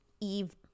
Eve